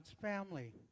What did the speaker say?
family